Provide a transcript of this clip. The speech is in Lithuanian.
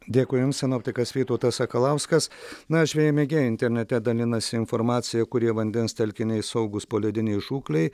dėkui jums sinoptikas vytautas sakalauskas na žvejai mėgėjai internete dalinasi informacija kurie vandens telkiniai saugūs poledinei žūklei